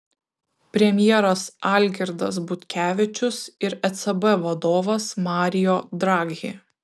premjeras algirdas butkevičius ir ecb vadovas mario draghi